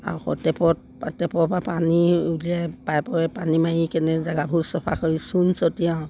আকৌ টেপত টেপৰপৰা পানী উলিয়াই পাইপৰে পানী মাৰি কেনে জেগাবোৰ চফা কৰি চূণ ছটিয়াও